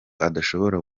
adashobora